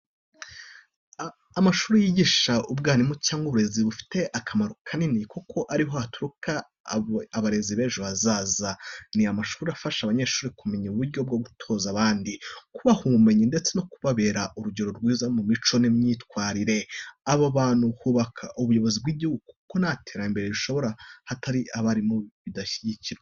Amashuri yigisha ubwarimu cyangwa uburezi afite akamaro kanini kuko ari ho haturuka abarezi b’ejo hazaza. Ni amashuri afasha abanyeshuri kumenya uburyo bwo gutoza abandi, kubaha ubumenyi ndetse no kubabera urugero rwiza mu mico n’imyifatire. Aha hantu hubaka ubuyobozi bw’igihugu kuko nta terambere rishoboka hatari abarimu b’indashyikirwa.